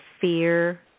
fear